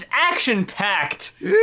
action-packed